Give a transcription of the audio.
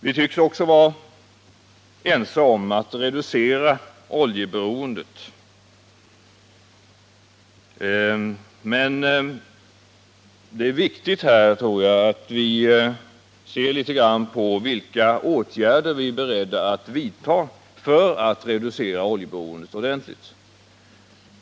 Vi tycks också vara ense om att reducera oljeberoendet, men det är viktigt, tror jag, att vi här ser litet närmare på vilka åtgärder vi är beredda att vidta för att reducera oljeberoendet.